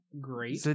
great